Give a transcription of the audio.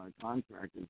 contractors